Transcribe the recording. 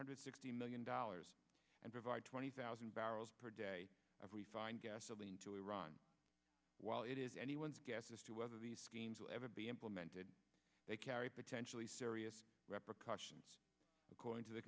hundred sixty million dollars and provide twenty thousand barrels per day if we find gasoline to iran while it is anyone's guess as to whether these schemes will ever be implemented they carry potentially serious rep or cautions according to the